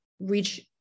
reach